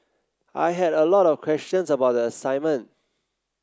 I had a lot of questions about the assignment